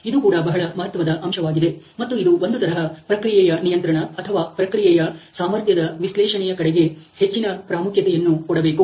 ಇದು ಕೂಡ ಬಹಳ ಮಹತ್ವದ ಅಂಶವಾಗಿದೆ ಮತ್ತು ಇದು ಒಂದು ತರಹ ಪ್ರಕ್ರಿಯೆಯ ನಿಯಂತ್ರಣ ಅಥವಾ ಪ್ರಕ್ರಿಯೆಯ ಸಾಮರ್ಥ್ಯದ ವಿಶ್ಲೇಷಣೆಯ ಕಡೆಗೆ ಹೆಚ್ಚಿನ ಪ್ರಾಮುಖ್ಯತೆಯನ್ನು ಕೊಡಬೇಕು